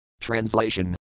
Translation